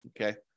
Okay